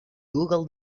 google